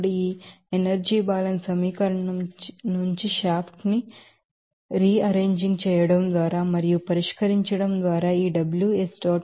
ఇప్పుడు ఈ energy balance సమీకరణం నుంచి షాఫ్ట్ వర్క్ ని రీరేంజింగ్ చేయడం మరియు పరిష్కరించడం ద్వారా ఈ Ws డాట్ మైనస్ 49